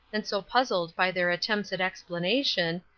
and so puzzled by their attempts at explanation,